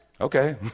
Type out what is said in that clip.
Okay